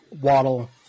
Waddle